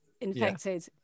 Infected